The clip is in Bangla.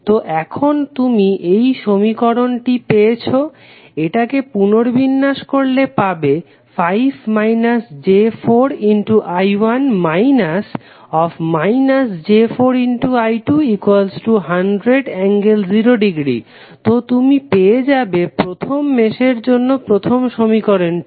তো এখন তুমি এই সমীকরণটি পেয়েছো এটাকে পুনর্বিন্যাস করলে পাবে 5−j4I1 −−j4I2 100∠0◦ তো তুমি পেয়ে যাবে প্রথম মেশের জন্য প্রথম সমীকরণটি